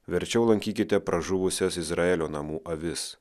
verčiau lankykite pražuvusias izraelio namų avis